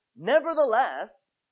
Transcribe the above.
Nevertheless